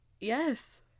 Yes